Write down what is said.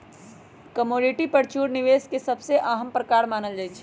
commodity future के निवेश के सबसे अहम प्रकार मानल जाहई